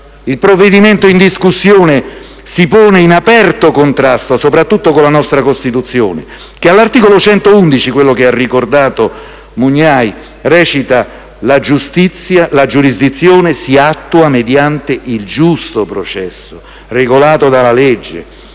Il provvedimento in discussione si pone in aperto contrasto soprattutto con la nostra Costituzione che, all'articolo 111, quello che ha ricordato il collega Mugnai, recita «La giurisdizione si attua mediante il giusto processo regolato della legge.